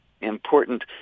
important